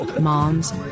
moms